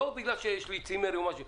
לא כי יש לי צימר או משהו כזה,